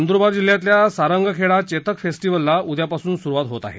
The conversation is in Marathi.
नंदूरबार जिल्ह्यातल्या सारंगखेडा चेतक फेस्टीवलला उद्या पासून सूरवात होत आहे